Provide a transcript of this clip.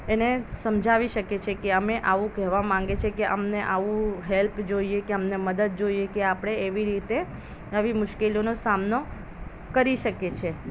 એને સમજાવી શકીએ છીએ કે છે કે અમે આવું કહેવા માગીએ છીએ કે અમને આવું હેલ્પ જોઈએ કે અમને મદદ જોઈએ કે આપણે એવી રીતે નવી મુશ્કેલીઓનો સામનો કરી શકીએ છીએ